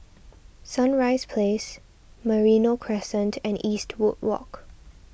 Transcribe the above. Sunrise Place Merino Crescent and Eastwood Walk